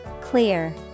Clear